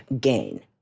gain